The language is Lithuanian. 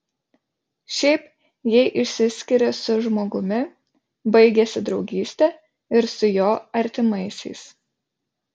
šiaip jei išsiskiri su žmogumi baigiasi draugystė ir su jo artimaisiais